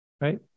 right